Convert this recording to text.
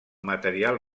material